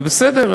ובסדר,